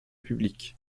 public